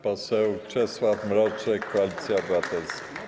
Poseł Czesław Mroczek, Koalicja Obywatelska.